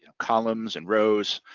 and columns and rows